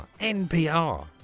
NPR